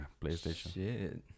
PlayStation